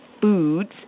foods